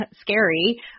scary